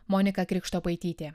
monika krikštopaitytė